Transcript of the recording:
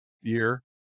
year